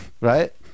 Right